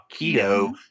keto